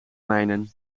mijnen